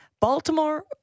Baltimore